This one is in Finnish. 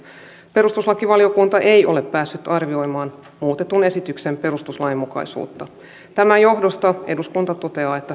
perustuslakivaliokunta ei ole päässyt arvioimaan muutetun esityksen perustuslainmukaisuutta tämän johdosta eduskunta toteaa että